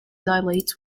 dilate